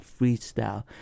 freestyle